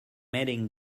heading